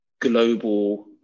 global